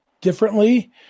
differently